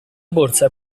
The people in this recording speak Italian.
borsa